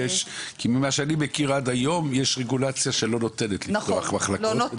ממה שאני מכיר עד היום יש רגולציה שלא נותנת לפתוח מחלקות.